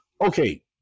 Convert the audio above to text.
Okay